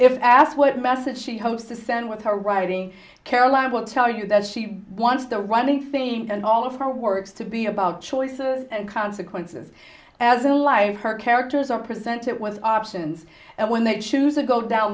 if asked what message she hopes to send with her writing caroline will tell you that she wants the running things and all of her words to be about choices and consequences as a live her characters are presented with options and when they choose to go down